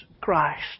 Christ